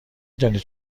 دانید